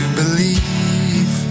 believe